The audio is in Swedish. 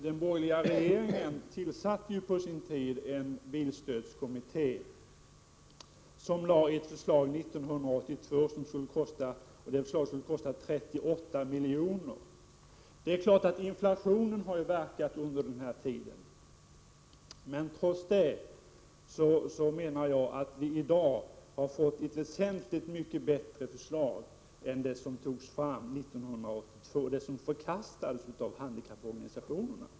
Den borgerliga regeringen tillsatte på sin tid en bilstödskommitté, som lade fram ett förslag 1982. Det skulle kosta 38 miljoner. Även om inflationen haft sin gång under tiden sen dess, menar jag att vi i dag har fått ett väsentligt bättre förslag än det från 1982 som förkastades av handikapporganisationerna.